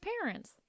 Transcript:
parents